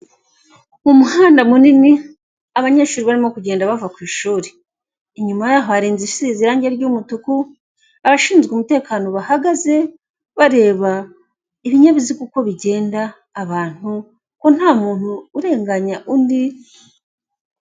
Mu muhanda munini abanyeshuri barimo kugenda bava ku ishuri. Inyuma yaho hari inzu isize irangi ry'umutuku abashinzwe umutekano bahagaze bareba ibinyabiziga uko bigenda abantu ko nta muntu urenganya undi.